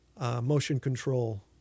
motion-control